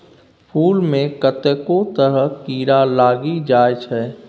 फुल मे कतेको तरहक कीरा लागि जाइ छै